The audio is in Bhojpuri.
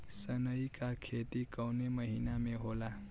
सनई का खेती कवने महीना में होला?